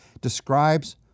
describes